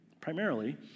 primarily